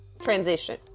transition